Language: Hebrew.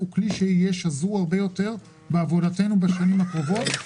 יהיו שזורים הרבה יותר בעבודתנו בשנים הקרובות.